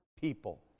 people